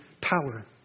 power